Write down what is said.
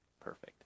perfect